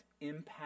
impact